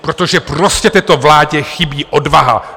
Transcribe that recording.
Protože prostě této vládě chybí odvaha.